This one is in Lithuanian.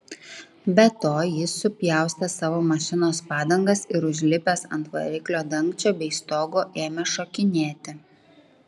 be to jis supjaustė savo mašinos padangas ir užlipęs ant variklio dangčio bei stogo ėmė šokinėti